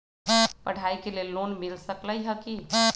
पढाई के लेल लोन मिल सकलई ह की?